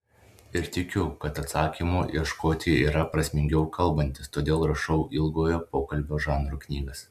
ir tikiu kad atsakymų ieškoti yra prasmingiau kalbantis todėl rašau ilgojo pokalbio žanro knygas